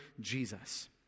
Jesus